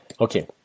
Okay